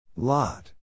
Lot